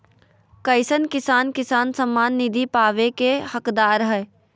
कईसन किसान किसान सम्मान निधि पावे के हकदार हय?